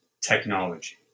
technology